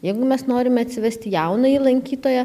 jeigu mes norime atsivesti jaunąjį lankytoją